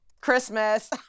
christmas